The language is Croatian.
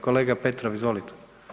Kolega Petrov, izvolite.